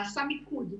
נעשה מיקוד.